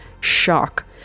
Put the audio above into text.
shock